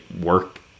work